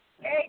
Hey